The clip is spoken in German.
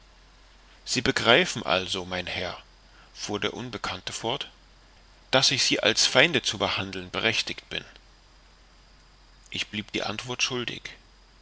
sie begreifen also mein herr fuhr der unbekannte fort daß ich sie als feinde zu behandeln berechtigt bin ich blieb die antwort schuldig